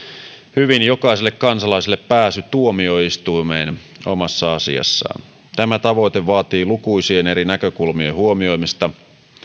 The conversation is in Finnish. hyvin jokaiselle kansalaiselle pääsy tuomioistuimeen omassa asiassaan tämä tavoite vaatii lukuisien eri näkökulmien huomioimista